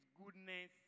goodness